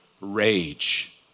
rage